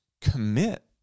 commit